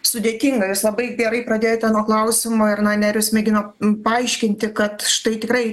sudėtinga jūs labai gerai pradėjote nuo klausimo ir na nerijus mėgino paaiškinti kad štai tikrai